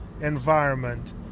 environment